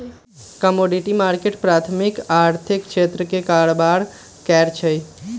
commodity market प्राथमिक आर्थिक क्षेत्र में कारबार करै छइ